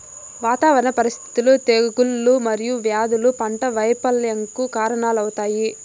వాతావరణ పరిస్థితులు, తెగుళ్ళు మరియు వ్యాధులు పంట వైపల్యంకు కారణాలవుతాయి